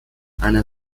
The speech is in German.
einer